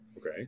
Okay